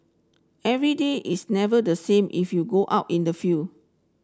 every day is never the same if you go out in the field